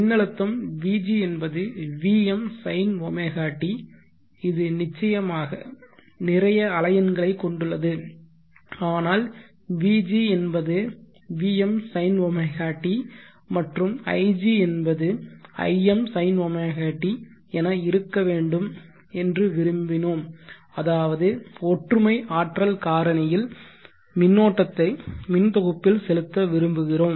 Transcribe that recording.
மின்னழுத்தம் vg என்பது vm sinωt இது நிச்சயமாக நிறைய அலையென்களை கொண்டுள்ளது ஆனால் vg என்பது vm sinωt மற்றும் ig என்பது நாம் im sinωt என இருக்க வேண்டும் என்று விரும்பினோம் அதாவது ஒற்றுமை ஆற்றல் காரணியில் மின்னோட்டத்தை மின் தொகுப்பில் செலுத்த விரும்புகிறோம்